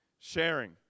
sharing